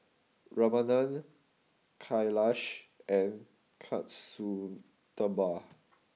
Ramanand Kailash and Kasturba